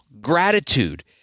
gratitude